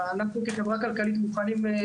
אנחנו כחברה כלכלית מוכנים לפעול כבר.